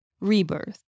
rebirth